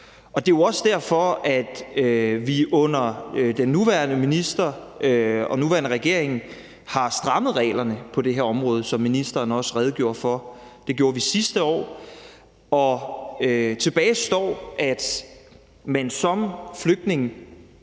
Det er også derfor, at vi under den nuværende minister og nuværende regering har strammet reglerne på det her område, som ministeren også redegjorde for. Det gjorde vi sidste år. Tilbage står, at man som flygtning